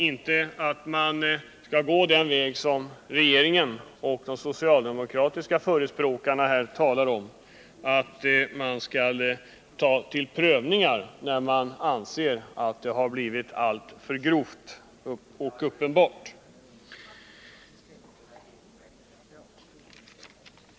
Man skall alltså inte gå den väg som regeringen och de socialdemokratiska förespråkarna talar om, att i varje särskilt fall pröva frågan om näringsförbud.